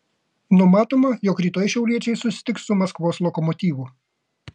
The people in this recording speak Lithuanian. numatoma jog rytoj šiauliečiai susitiks su maskvos lokomotyvu